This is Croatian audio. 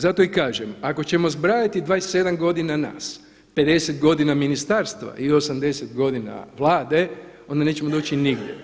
Zato i kažem, ako ćemo zbrajati 27 godina nas, 50 godina ministarstva i 80 godina Vlade, onda nećemo doći nigdje.